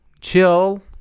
chill